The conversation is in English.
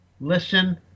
listen